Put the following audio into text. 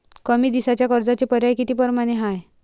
कमी दिसाच्या कर्जाचे पर्याय किती परमाने हाय?